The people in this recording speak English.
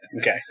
Okay